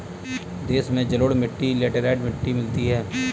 देश में जलोढ़ मिट्टी लेटराइट मिट्टी मिलती है